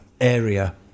area